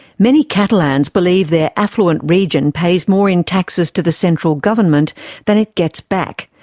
many catalans believe their affluent region pays more in taxes to the central government than it gets back,